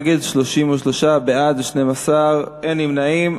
נגד, 33, בעד, 12, אין נמנעים.